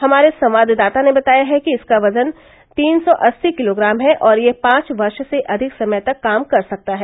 हमारे संवाददाता ने बताया है कि इसका वजन तीन सौ अस्सी किलोग्राम है और यह पांच वर्ष से अधिक समय तक काम कर सकता है